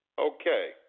Okay